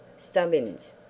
Stubbins